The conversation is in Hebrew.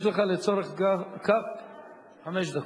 יש לך לצורך זה חמש דקות.